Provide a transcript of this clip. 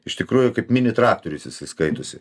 iš tikrųjų kaip mini traktorius jisai skaitosi